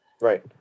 Right